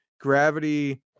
Gravity